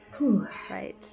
right